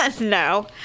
No